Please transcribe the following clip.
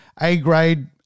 A-grade